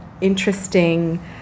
interesting